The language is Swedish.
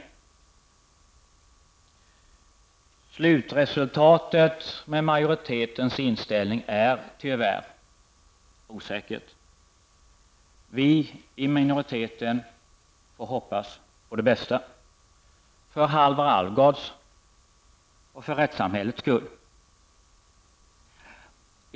Slutresultatet av majoritetens inställning är tyvärr osäkert. Vi i minoriteten får hoppas på det bästa för Halvar Alvgards och för rättssamhällets skull.